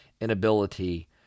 inability